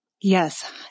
Yes